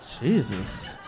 Jesus